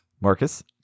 Marcus